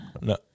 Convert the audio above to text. No